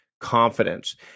confidence